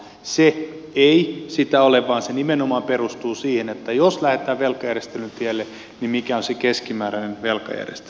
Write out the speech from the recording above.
se ei sitä ole vaan se nimenomaan perustuu siihen että jos lähdetään velkajärjestelyn tielle niin mikä on se keskimääräinen velkajärjestely